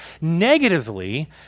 negatively